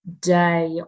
day